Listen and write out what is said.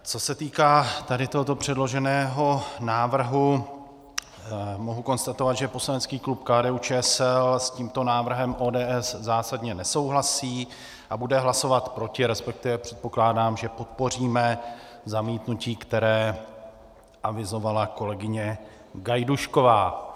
Co se týká tady tohoto předloženého návrhu, mohu konstatovat, že poslanecký klub KDUČSL s tímto návrhem ODS zásadně nesouhlasí a bude hlasovat proti, respektive předpokládám, že podpoříme zamítnutí, které avizovala kolegyně Gajdušková.